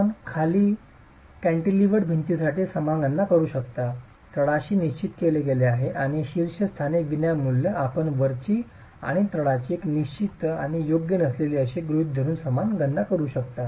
आपण खाली कॅन्टिलवेर्डेड भिंतीसाठी समान गणना करू शकता तळाशी निश्चित केले आहे आणि शीर्षस्थानी विनामूल्य आपण वरची आणि तळाशी एक निश्चित आणि योग्य नसलेली असे गृहीत धरून समान गणना करू शकता